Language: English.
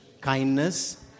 Kindness